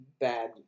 bad